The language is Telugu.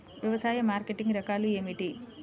వ్యవసాయ మార్కెటింగ్ రకాలు ఏమిటి?